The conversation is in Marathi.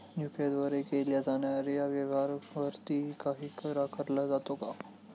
यु.पी.आय द्वारे केल्या जाणाऱ्या व्यवहारावरती काही कर आकारला जातो का?